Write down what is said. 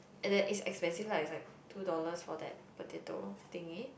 and that it's expensive lah is like two dollar for that potato thingy